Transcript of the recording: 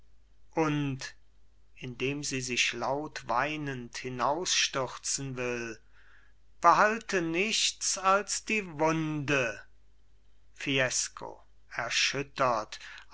und indem sie sich laut weinend hinausstürzen will behalte nichts als die wunde fiesco erschüttert